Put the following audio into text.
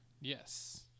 Yes